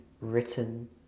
written